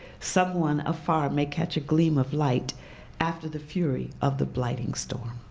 someone afar may catch a gleam of light after the fury of the blinding storm.